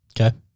Okay